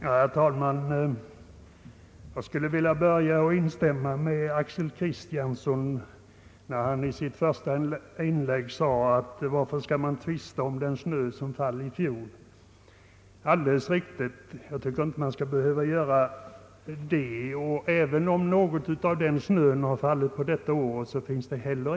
Herr talman! Jag skulle vilja börja med att instämma med herr Axel Kristiansson, när han i sitt första inlägg sade: »Varför tvista om den snö som föll i fjol?» Det är ju alldeles riktigt, och jag tycker inte att det finns någon anledning att tvista om den snö som fallit i år heller.